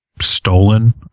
stolen